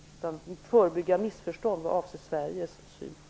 Det gällde att förebygga missförstånd vad avser Sveriges syn på detta.